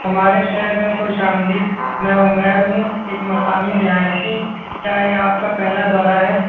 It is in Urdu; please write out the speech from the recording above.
ہمارے شہر میں خوش آمدید میں عمیر ہوں ایک مقامی رہائشی کیا یہ آپ کا پہلا دورہ ہے